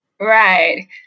Right